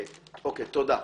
תודה.